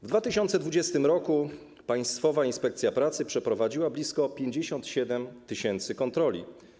W 2020 r. Państwowa Inspekcja Pracy przeprowadziła blisko 57 tys. kontroli.